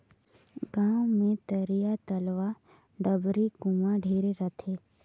गांव मे तरिया, तलवा, डबरी, कुआँ ढेरे रथें